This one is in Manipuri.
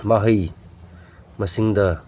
ꯃꯍꯩ ꯃꯁꯤꯡꯗ